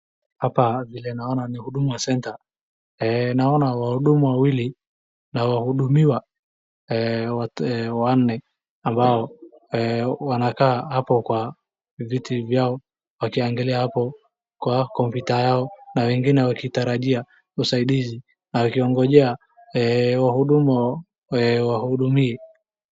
Hapa vile naona ni huduma centre, naona wahudumu wawili na wahudumiwa wote wanne ambao wanakaa hapo kwa viti vyao wakiangalia hapo kwa kompyuta yao na wengine wakitarajia usaidizi na wengine wakiongojea wahudumu wawahudumie.